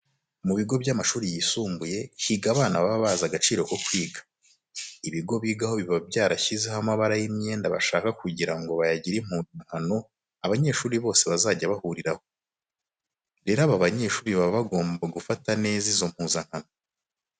Mu bigo by'amashuri yisumbuye higa abana baba bazi agaciro ko kwiga. Ibigo bigaho biba byarashyizeho amabara y'imyenda bashaka kugira ngo bayagire impuzankano abanyeshuri bose bazajya bahuriraho. Rero aba banyeshuri baba bagomba gufata neza izi mpuzankano.